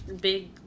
big